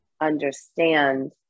understand